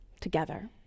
together